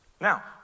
Now